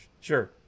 Sure